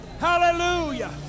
Hallelujah